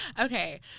okay